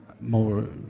more